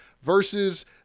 versus